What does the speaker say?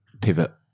Pivot